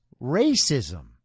racism